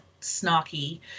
snarky